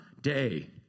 day